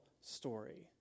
story